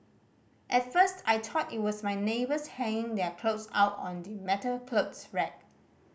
at first I thought it was my neighbours hanging their clothes out on the metal clothes rack